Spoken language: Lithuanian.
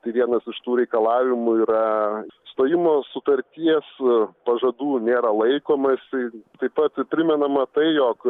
tai vienas iš tų reikalavimų yra stojimo sutarties pažadų nėra laikomasi taip pat primenama tai jog